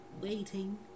waiting